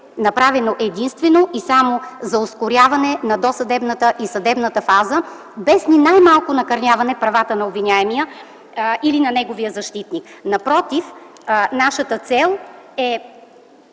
ще бъде единствено и само за ускоряване на досъдебната и съдебната фаза без ни най-малко накърняване правата на обвиняемия или на неговия защитник. Напротив, нашата цел е